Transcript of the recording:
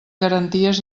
garanties